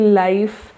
life